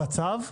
בצו?